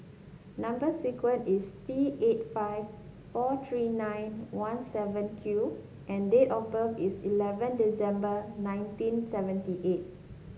number sequence is T eight five four three nine one seven Q and date of birth is eleven December nineteen seventy eight